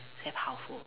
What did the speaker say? very powerful